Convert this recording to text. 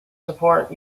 support